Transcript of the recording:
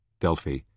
Delphi